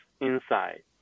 inside